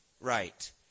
right